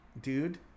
dude